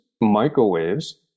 microwaves